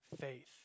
faith